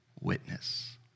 witness